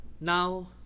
Now